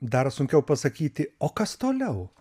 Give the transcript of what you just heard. dar sunkiau pasakyti o kas toliau